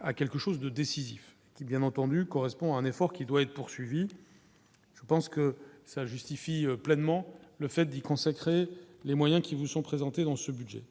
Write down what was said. à quelque chose de décisif qui, bien entendu, correspond à un effort qui doit être poursuivi, je pense que ça justifie pleinement le fait d'y consacrer les moyens qui vous sont présentées dans ce budget,